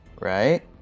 right